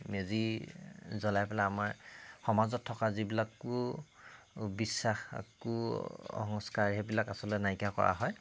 মেজি জ্বলাই পেলাই আমাৰ সমাজত থকা যিবিলাক কুবিশ্বাস কুসংস্কাৰ সেইবিলাক আচলতে নাইকিয়া কৰা হয়